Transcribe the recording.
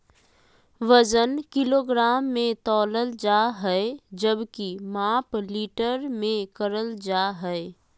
वजन किलोग्राम मे तौलल जा हय जबकि माप लीटर मे करल जा हय